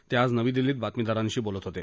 ते आज नवी दिल्लीत बातमीदारांशी बोलत होते